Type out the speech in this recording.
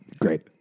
Great